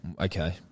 okay